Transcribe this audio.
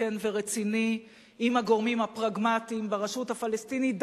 כן ורציני עם הגורמים הפרגמטיים ברשות הפלסטינית,